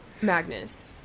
Magnus